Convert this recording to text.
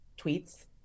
tweets